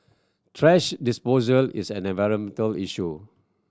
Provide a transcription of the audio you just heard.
thrash disposal is an environmental issue